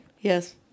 Yes